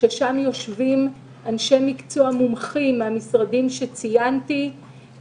ששם יושבים אנשי מקצוע מומחים מן המשרדים שציינתי.